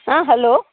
ಹಾಂ ಹಲೋ